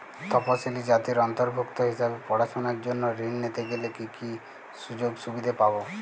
তফসিলি জাতির অন্তর্ভুক্ত হিসাবে পড়াশুনার জন্য ঋণ নিতে গেলে কী কী সুযোগ সুবিধে পাব?